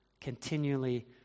continually